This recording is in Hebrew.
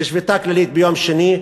בשביתה כללית ביום שני,